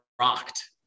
rocked